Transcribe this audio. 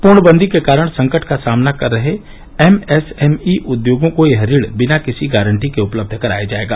पूर्णबंदी के कारण संकट का सामना कर रहे एमएसएमई उद्योगों को यह ऋण बिना किसी गारंटी के उपलब्ध कराया जाएगा